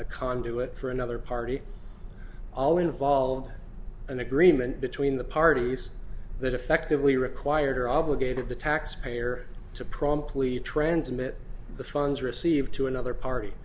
a conduit for another party all involved in an agreement between the parties that effectively required are obligated the taxpayer to promptly transmit the funds received to another party